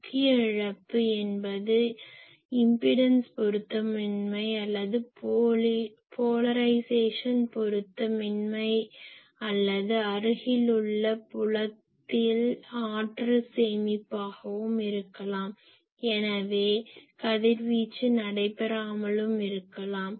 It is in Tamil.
முக்கிய இழப்பு என்பது இம்பிடென்ஸ் பொருத்தமின்மை அல்லது போலரைஸேசன் பொருத்தமின்மை அல்லது அருகிலுள்ள புலத்தில் ஆற்றல் சேமிப்பாகவும் இருக்கலாம் எனவே கதிர்வீச்சு நடைபெறாமலும் இருக்கலாம்